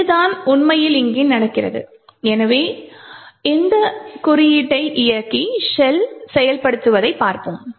எனவே இதுதான் உண்மையில் இங்கே நடக்கிறது எனவே இந்த குறியீட்டை இயக்கி ஷெல் செயல்படுத்தப்படுவதைப் பார்ப்போம்